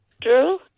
Drew